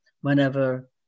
whenever